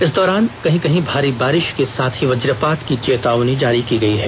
इस दौरान कहीं कहीं भारी बारिश के साथ ही वजपात की चेतावनी जारी की गई है